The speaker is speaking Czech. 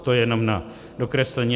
To jenom na dokreslení.